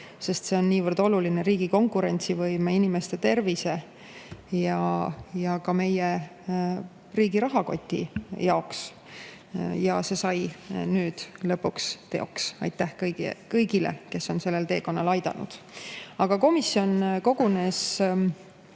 sest see on niivõrd oluline riigi konkurentsivõime, inimeste tervise ja ka meie riigi rahakoti jaoks. See sai nüüd lõpuks teoks. Aitäh kõigile, kes on sellel teekonnal aidanud! Komisjon kogunes